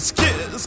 kiss